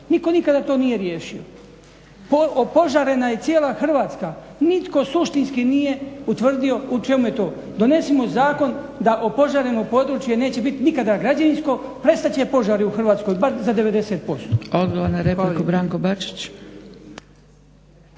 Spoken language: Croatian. nitko nikada to nije riješio. Opožarena je cijela Hrvatska, nitko suštinski nije utvrdio u čemu je to. Donesimo zakon da opožareno područje neće biti nikada građevinsko, prestat će požari u Hrvatskoj bar za 90%.